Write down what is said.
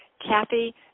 Kathy